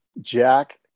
Jack